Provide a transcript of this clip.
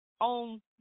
on